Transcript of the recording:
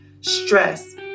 stress